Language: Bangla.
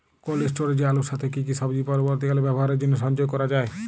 কোল্ড স্টোরেজে আলুর সাথে কি কি সবজি পরবর্তীকালে ব্যবহারের জন্য সঞ্চয় করা যায়?